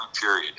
period